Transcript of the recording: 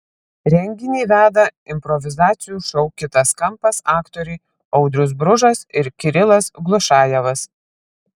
renginį veda improvizacijų šou kitas kampas aktoriai audrius bružas ir kirilas glušajevas